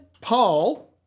Paul